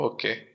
Okay